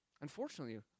Unfortunately